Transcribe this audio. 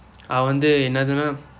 அவன் வந்து என்னாதுனா:avan vandthu ennathunaa